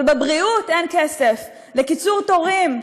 אבל בבריאות אין כסף, לקיצור תורים,